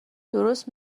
درست